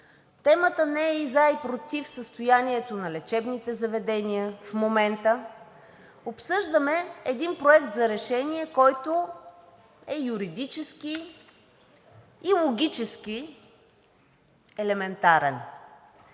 Темата не е и за и против състоянието на лечебните заведения в момента. Обсъждаме един проект за решение, който е юридически и логически елементарен,